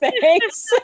Thanks